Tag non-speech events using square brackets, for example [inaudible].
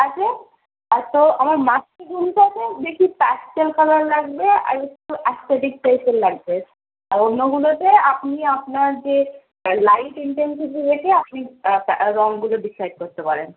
আছে আর তো আমার মাস্টার রুমটাতে দেখি প্যাস্টেল কালার লাগবে আর একটু অ্যাসথেটিক [unintelligible] লাগবে আর অন্যগুলোতে আপনি আপনার যে লাইট ইন্টেন্সিটি দেখে আপনি রঙগুলো ডিসাইড করতে পারেন